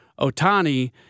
Otani